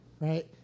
right